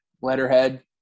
Letterhead